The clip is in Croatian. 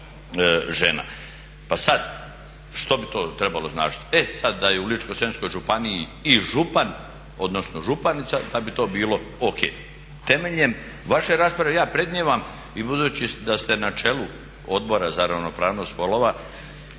Pa sad, što bi to trebalo značiti? E sad da je u Ličko-senjskoj županiji i župan odnosno županica onda bi to bilo ok. Temeljem vaše rasprave ja predmnijevam, i budući da ste na čelu Odbora za ravnopravnost spolova